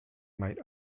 might